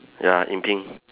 ya in pink